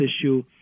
issue